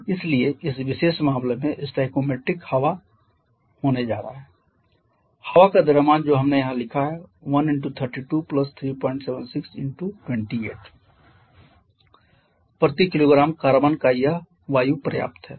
और इसलिए इस विशेष मामले में स्टोइकोमेट्रिक हवा यह होने जा रहा है हवा का द्रव्यमान जो हमने यहां लिखा है 1 × 32 376 × 28 प्रति किलोग्राम कार्बन का यह वायु पर्याप्त है